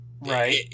Right